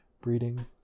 breeding